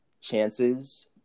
chances